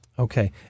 Okay